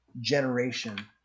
generation